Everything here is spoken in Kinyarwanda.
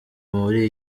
muri